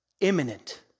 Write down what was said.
imminent